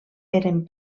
eren